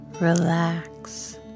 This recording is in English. relax